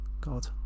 God